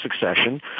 succession